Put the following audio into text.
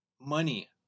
money